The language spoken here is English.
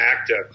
active